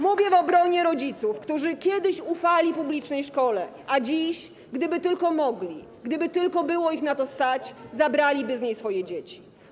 Mówię w obronie rodziców, którzy kiedyś ufali publicznej szkole, a dziś, gdyby tylko mogli, gdyby tylko było ich na to stać, zabraliby z niej swoje dzieci.